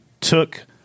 took